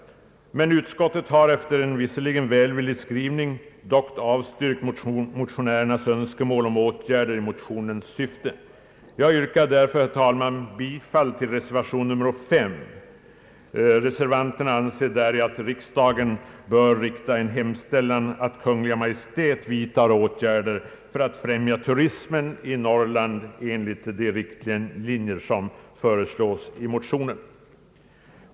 Utskottet har visserligen gjort en välvillig skrivning men avstyrkt motionärernas önskemål om åtgärder i motionens syfte. Jag yrkar därför, herr talman, bifall till reservation nr 5. Reservanterna anser däri, att riksdagen bör hemställa att Kungl. Maj:t vidtar åtgärder för att främja turismen i Norrland enligt de riktlinjer som föreslås i motionen.